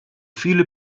viele